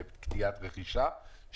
בקטיעת רכישה,